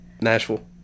Nashville